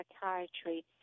Psychiatry